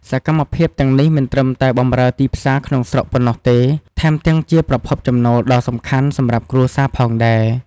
សកម្មភាពទាំងនេះមិនត្រឹមតែបម្រើទីផ្សារក្នុងស្រុកប៉ុណ្ណោះទេ ថែមទាំងជាប្រភពចំណូលដ៏សំខាន់សម្រាប់គ្រួសារផងដែរ។